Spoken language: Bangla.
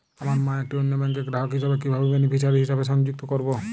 আমার মা একটি অন্য ব্যাংকের গ্রাহক হিসেবে কীভাবে বেনিফিসিয়ারি হিসেবে সংযুক্ত করব?